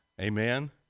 Amen